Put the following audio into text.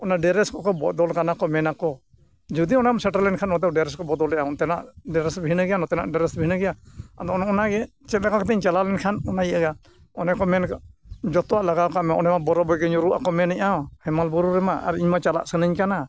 ᱚᱱᱟ ᱰᱨᱮᱥ ᱠᱚᱠᱚ ᱵᱚᱫᱚᱞ ᱠᱟᱱᱟ ᱠᱚ ᱢᱮᱱᱟᱠᱚ ᱡᱩᱫᱤ ᱚᱱᱟᱢ ᱥᱮᱴᱮᱨ ᱞᱮᱱᱠᱷᱟᱱ ᱚᱱᱟᱛᱮ ᱰᱨᱮᱥ ᱠᱚ ᱵᱚᱫᱚᱞᱮᱜᱼᱟ ᱚᱱᱛᱮᱱᱟᱜ ᱰᱨᱮᱥ ᱵᱷᱤᱱᱟᱹ ᱜᱮᱭᱟ ᱱᱚᱛᱮᱱᱟᱜ ᱰᱨᱮᱥ ᱵᱷᱤᱱᱟᱹ ᱜᱮᱭᱟ ᱟᱫᱚ ᱚᱱᱮ ᱚᱱᱟᱜᱮ ᱪᱮᱫ ᱞᱮᱠᱟ ᱠᱟᱛᱮᱧ ᱪᱟᱞᱟᱣ ᱞᱮᱱᱠᱷᱟᱱ ᱚᱱᱟ ᱤᱭᱟᱹᱭᱟ ᱚᱱᱮ ᱠᱚ ᱢᱮᱱ ᱡᱚᱛᱚᱣᱟᱜ ᱞᱟᱜᱟᱣ ᱠᱟᱜᱼᱢᱮ ᱚᱱᱮᱢᱟ ᱵᱚᱨᱚᱯᱷ ᱜᱮ ᱧᱩᱨᱩᱜᱼᱟᱠᱚ ᱢᱮᱱᱮᱜᱼᱟ ᱦᱮᱢᱟᱞ ᱵᱩᱨᱩ ᱨᱮᱢᱟ ᱟᱨ ᱤᱧᱢᱟ ᱪᱟᱞᱟᱜ ᱥᱟᱱᱟᱧ ᱠᱟᱱᱟ